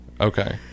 Okay